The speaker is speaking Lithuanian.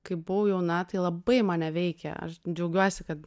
kai buvau jauna tai labai mane veikė aš džiaugiuosi kad